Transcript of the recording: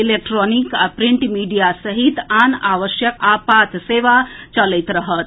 electronic आ print media सहित आन आवश्यक आ आपात सेवा चलैत रहत